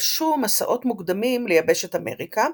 התרחשו מסעות מוקדמים ליבשת אמריקה,